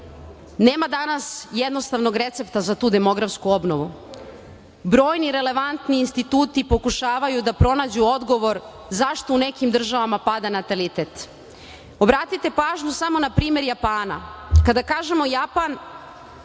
nema danas jednostavnog recepta za tu demografsko obnovu. Brojni relevantni instituti pokušavaju da pronađu odgovor zašto u nekim državama pada natalitet. Obratite pažnju samo na primer Japana. Kada kažemo Japan,